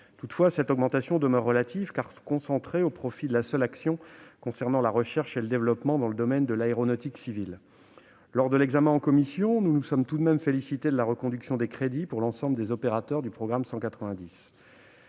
Toutefois, cette augmentation demeure relative, car concentrée au profit de la seule action concernant la recherche et le développement dans le domaine de l'aéronautique civile. Lors de l'examen en commission, nous nous sommes tout de même félicités de la reconduction des crédits pour l'ensemble des opérateurs du programme 190.